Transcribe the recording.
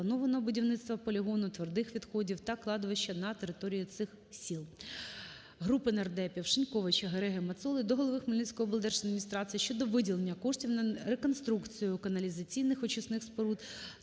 запланованого будівництва полігону твердих відходів та кладовища на території цих сіл. Групи нардепутатів (Шиньковича, Гереги, Мацоли) до голови Хмельницької облдержадміністрації щодо виділення коштів на реконструкцію каналізаційних очисних споруд